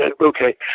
Okay